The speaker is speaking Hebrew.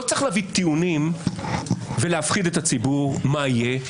לא צריך להביא טיעונים ולהפחיד את הציבור מה יהיה,